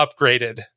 upgraded